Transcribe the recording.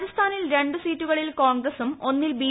രാജസ്ഥാനിൽ രണ്ട് സീറ്റുകളിൽ കോൺഗ്രസും ഒന്നിൽ ബി